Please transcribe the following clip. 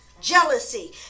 jealousy